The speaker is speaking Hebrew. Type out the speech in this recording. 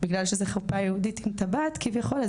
בגלל שזו חופה יהודית עם טבעת כביכול,